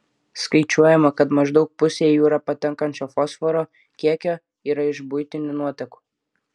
skaičiuojama kad maždaug pusė į jūrą patenkančio fosforo kiekio yra iš buitinių nuotekų